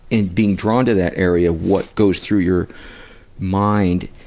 in being drawn to that area, what goes through your mind,